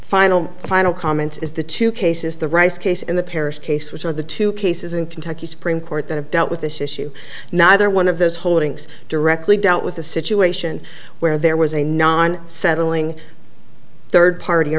final final comments is the two cases the rice case in the paris case which are the two cases in kentucky supreme court that have dealt with this issue neither one of those holdings directly dealt with the situation where there was a non settling third party or